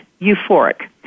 euphoric